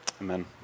Amen